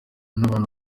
n’abantu